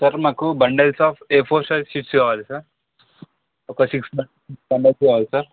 sir నాకు bundles of A four size sheets కావాలి sir ఒక సిక్స్ బండిల్స్ కావాలి సార్